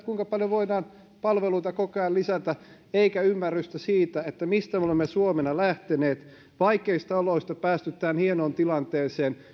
kuinka paljon voidaan palveluita koko ajan lisätä eikä ymmärrystä siitä mistä me olemme suomena lähteneet vaikeista oloista on päästy tähän hienoon tilanteeseen